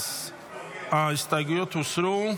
ההסתייגויות הוסרו.